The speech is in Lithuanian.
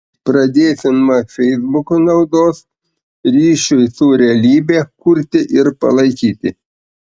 pradėsiu nuo feisbuko naudos ryšiui su realybe kurti ir palaikyti